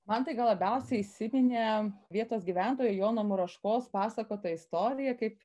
man tai gal labiausiai įsiminė vietos gyventojo jono muraškos pasakota istorija kaip